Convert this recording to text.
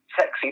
sexy